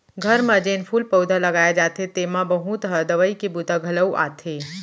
घर म जेन फूल पउधा लगाए जाथे तेमा बहुत ह दवई के बूता घलौ आथे